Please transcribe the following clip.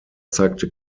zeigte